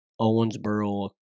Owensboro